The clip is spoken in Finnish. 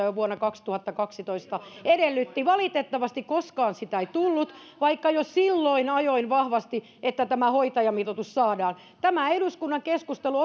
jo vuonna kaksituhattakaksitoista edellytti valitettavasti koskaan sitä ei tullut vaikka jo silloin ajoin vahvasti että tämä hoitajamitoitus saadaan tämä eduskunnan keskustelu